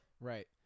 Right